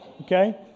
Okay